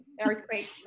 earthquake